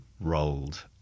rolled